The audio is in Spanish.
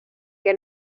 que